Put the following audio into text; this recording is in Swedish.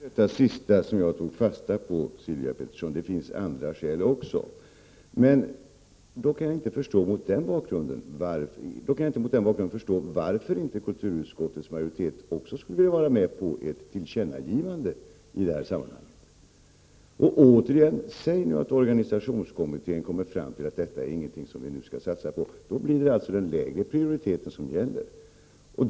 Herr talman! Det var just det sista som jag tog fasta på, Sylvia Pettersson, nämligen att det även finns andra skäl. Men mot den bakgrunden kan jag inte förstå varför utskottsmajoriteten i kulturutskottet inte vill ansluta sig till förslaget om ett tillkännagivande till regeringen i detta sammanhang. Om organisationskommittén kommer fram till att detta inte är något som det nu skall satsas på, blir det ju den lägre prioriteten som kommer att gälla.